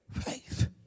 faith